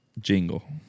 jingle